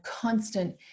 constant